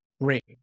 great